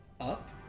up